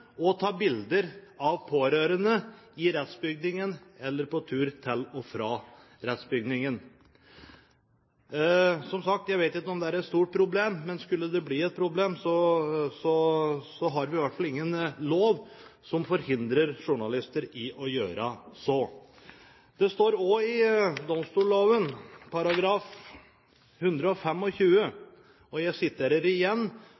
og ta bilder av pårørende i rettsbygningen eller på tur til og fra rettsbygningen. Som sagt vet jeg ikke om dette er noe stort problem, men skulle det bli et problem, har vi i hvert fall ingen lov som forhindrer journalister i å gjøre så. Det står også i domstolloven